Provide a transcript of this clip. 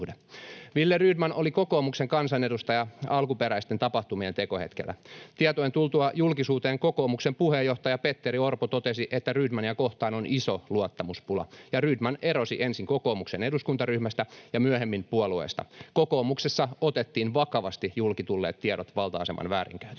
Wille Rydman oli kokoomuksen kansanedustaja alkuperäisten tapahtumien tekohetkellä. Tietojen tultua julkisuuteen kokoomuksen puheenjohtaja Petteri Orpo totesi, että Rydmania kohtaan on iso luottamuspula, ja Rydman erosi ensin kokoomuksen eduskuntaryhmästä ja myöhemmin puolueesta. Kokoomuksessa otettiin vakavasti julki tulleet tiedot valta-aseman väärinkäytöstä.